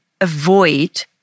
avoid